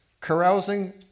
carousing